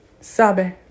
Sabe